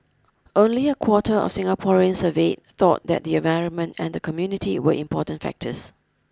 only a quarter of Singaporeans surveyed thought that the environment and the community were important factors